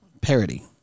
Parody